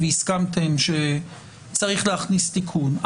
שהסכמתם שצריך להכניס תיקון.